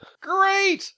Great